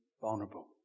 vulnerable